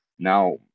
Now